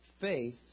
faith